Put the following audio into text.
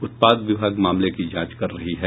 उत्पाद विभाग मामले की जांच कर रही है